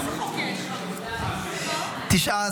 הלאומי (תיקון מס' 254), התשפ"ה 2025, נתקבל.